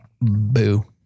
Boo